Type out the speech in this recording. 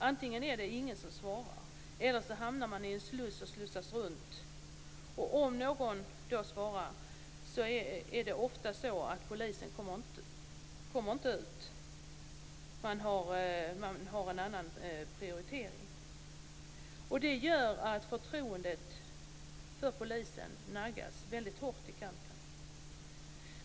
Antingen är det ingen som svarar, eller också hamnar man i en sluss och slussas runt. Om någon svarar är det ändå ofta så att polisen inte kommer ut, då man har en annan prioritering. Det gör att förtroendet för polisen naggas hårt i kanten.